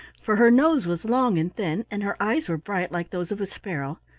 for her nose was long and thin, and her eyes were bright like those of a sparrow,